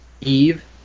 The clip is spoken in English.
Eve